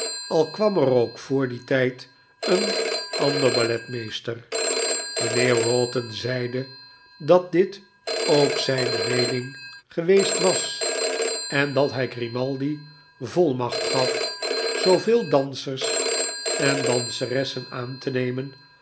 al kwam er ook voor dien tijd een ander balletmeester mijnheer wroughton zeide dat dit ook zijne meening geweest was en dat hij grimaldi volmacht gaf zooveel dansers en danseressen aan te nemen